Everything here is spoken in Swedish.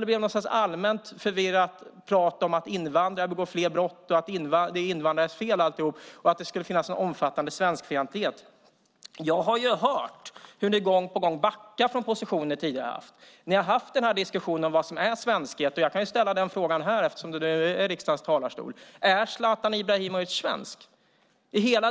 Det blev något slags allmänt förvirrat prat om att invandrare begår fler brott, att alltihop är invandrares fel och att det skulle finnas en omfattande svenskfientlighet. Jag har hört hur ni gång på gång backar från positioner som ni tidigare har haft. Ni har haft diskussionen om vad som svenskhet. Jag kan ställa den frågan här i riksdagens talarstol. Är Zlatan Ibrahimovic svensk?